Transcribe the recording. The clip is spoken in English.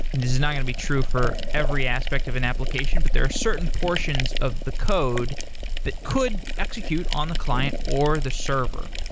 this is not going to be true for every aspect of an application, but there are certain portions of the code that could execute on the client or the server.